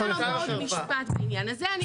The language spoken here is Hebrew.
רק רוצה לומר עוד משפט בעניין הזה.